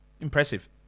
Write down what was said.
Impressive